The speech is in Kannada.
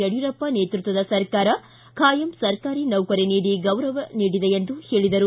ಯಡಿಯೂರಪ್ಪ ನೇತೃತ್ವದ ಸರ್ಕಾರ ಖಾಯಂ ಸರ್ಕಾರಿ ನೌಕರಿ ನೀಡಿ ಗೌರವಿಸಿದೆ ಎಂದು ಹೇಳಿದರು